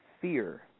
fear